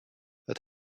that